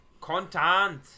content